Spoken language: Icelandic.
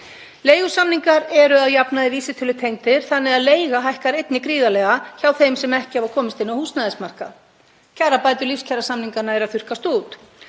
Leigusamningar eru að jafnaði vísitölutengdir þannig að leiga hækkar einnig gríðarlega hjá þeim sem ekki hafa komist inn á húsnæðismarkað. Kjarabætur lífskjarasamninganna eru að þurrkast út.